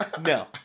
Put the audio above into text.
No